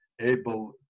able